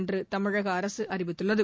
என்றுதமிழகஅரசுஅறிவித்துள்ளது